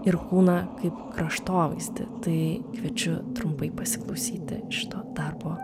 ir kūną kaip kraštovaizdį tai kviečiu trumpai pasiklausyti šito darbo